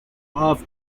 off